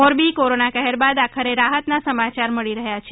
મોરબીમાં કોરોના કહેર બાદ આખરે રાહતના સમાચાર મળી રહ્યા છે